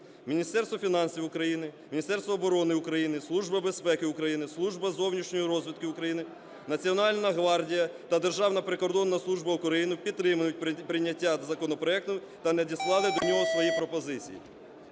Міністерство фінансів України, Міністерство оборони України, Служба безпеки України, Служба зовнішньої розвідки України, Національна гвардія та Державна прикордонна служба України підтримують прийняття законопроекту та надіслали до нього свої пропозиції.